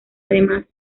además